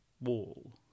wall